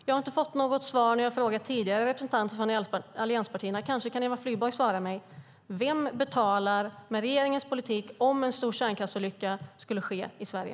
Jag har inte fått något svar när jag tidigare frågat representanter för allianspartierna. Kanske kan Eva Flyborg svara mig. Vem betalar, med regeringens politik, om en stor kärnkraftsolycka skulle ske i Sverige?